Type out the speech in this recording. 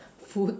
food